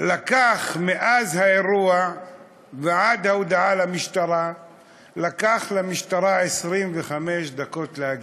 מאז האירוע ועד ההודעה למשטרה לקח למשטרה 25 דקות להגיע.